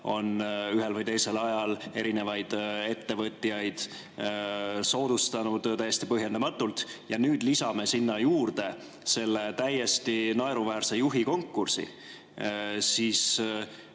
on ühel või teisel ajal erinevaid ettevõtjaid soodustanud täiesti põhjendamatult. Ja nüüd lisame sinna juurde selle täiesti naeruväärse juhikonkursi.